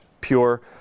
pure